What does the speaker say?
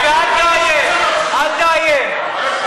אל תאיים.